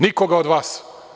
Nikoga od vas!